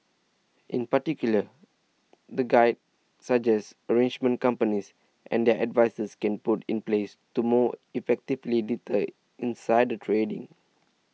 in particular the guide suggests arrangements companies and their advisers can put in place to more effectively deter insider trading